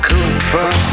Cooper